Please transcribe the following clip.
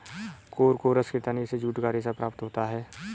Corchorus के तने से जूट का रेशा प्राप्त होता है